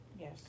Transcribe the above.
yes